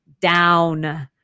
down